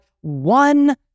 one